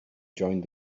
joined